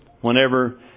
whenever